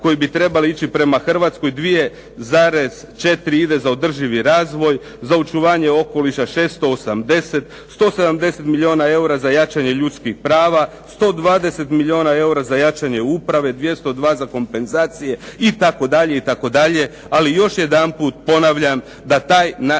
koji bi trebali ići prema Hrvatskoj, 2,4 ide za održivi razvoj, za očuvanje okoliša 680, 170 milijuna eura za jačanje ljudskih prava, 120 milijuna eura za jačanje uprave, 202 za kompenzacije itd.,